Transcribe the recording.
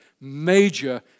major